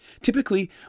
Typically